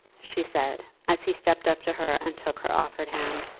she said, as he stepped up to her and took her offered hand.